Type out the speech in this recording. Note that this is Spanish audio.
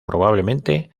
probablemente